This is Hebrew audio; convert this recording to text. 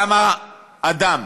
למה אדם